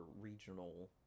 regional